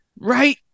right